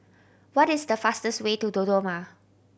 what is the fastest way to Dodoma